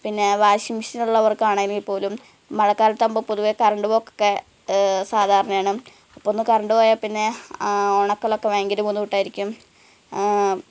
പിന്നെ washing machine ഉള്ളവര്ക്കാണെങ്കിൽ പോലും മഴക്കാലത്താവുമ്പം പൊതുവേ കറണ്ട് പോക്കൊക്കെ സാധാരണയാണ് അപ്പോൾ ഒന്ന് കറണ്ട് പോയാൽ പിന്നെ ഉണക്കലൊക്കെ ഭയങ്കര ബുദ്ധിമുട്ടായിരിക്കും